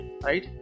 right